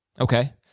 Okay